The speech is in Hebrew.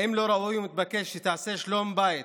האם לא ראוי ומתבקש שתעשה שלום בית